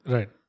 Right